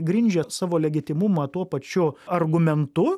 grindžia savo legitimumą tuo pačiu argumentu